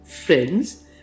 friends